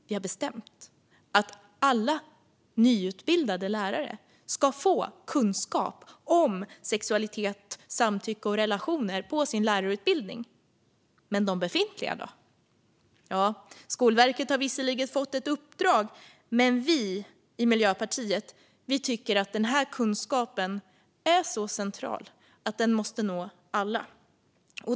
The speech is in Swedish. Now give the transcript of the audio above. Vi har bestämt att alla nyutbildade lärare ska få kunskap om sexualitet, samtycke och relationer på sin lärarutbildning. Men de befintliga lärarna då? Skolverket har visserligen fått ett uppdrag, men vi i Miljöpartiet tycker att den här kunskapen är så central att den måste nå alla.